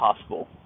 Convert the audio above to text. possible